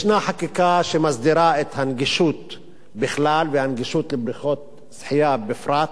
ישנה חקיקה שמסדירה את הנגישות בכלל והנגישות של בריכות שחייה בפרט.